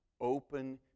open